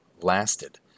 lasted